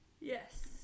Yes